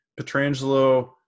Petrangelo